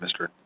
Mr